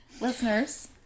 Listeners